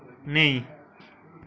नेईं